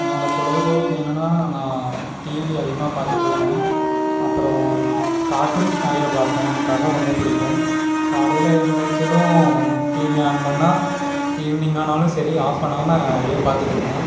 என்னோட பொழுதுபோக்கு என்னென்னா நான் டிவி அதிகமாக பார்த்துட்ருப்பேன் அப்புறம் கார்ட்டூன்ஸ் நிறைய பார்ப்பேன் எனக்கு அதான் ரொம்ப பிடிக்கும் காலையில் எந்திரிச்சதும் டிவியை ஆன் பண்ணால் ஈவினிங் ஆனாலும் சரி ஆஃப் பண்ணாமல் அதையே பார்த்துட்ருப்பேன்